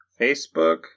Facebook